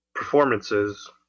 performances